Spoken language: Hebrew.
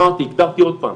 אמרתי, הגדרתי עוד פעם: